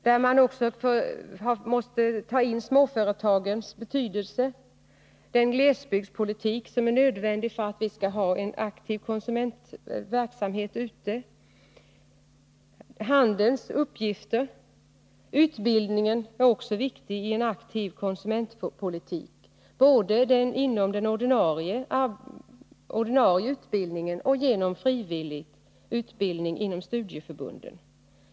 Det är också viktigt att ta in småföretagens betydelse och den glesbygdspolitik som är nödvändig för att vi skall ha en aktiv konsumentverksamhet ute i landet. Man kan nämna handelns uppgifter. Utbildningen är också viktig i en aktiv konsumentpolitik, både den ordinarie utbildningen och frivillig utbildning inom studieförbunden.